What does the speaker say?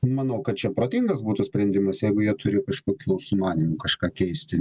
manau kad čia protingas būtų sprendimas jeigu jie turi kažkokių sumanymų kažką keisti